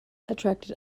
attracted